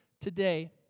today